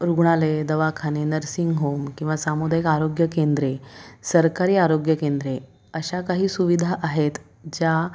रुग्णालय दवाखाने nursing home किंवा सामुदायिक आरोग्य केंद्रे सरकारी आरोग्य केंद्रे अशा काही सुविधा आहेत ज्या